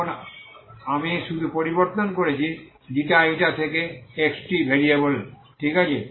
এখন আমি শুধু পরিবর্তন করেছি ξ η থেকে x t ভেরিয়েবল ঠিক আছে